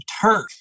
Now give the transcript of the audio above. turf